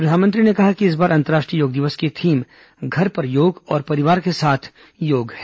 प्रधानमंत्री ने कहा कि इस बार अंतर्राष्ट्रीय योग दिवस की थीम घर पर योग और परिवार के साथ योग है